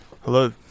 Hello